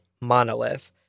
monolith